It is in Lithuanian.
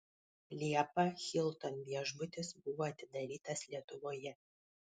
liepą hilton viešbutis buvo atidarytas lietuvoje